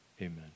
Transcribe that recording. Amen